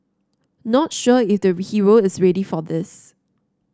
not sure if the hero is ready for this